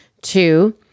Two